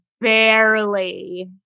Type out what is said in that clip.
barely